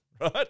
right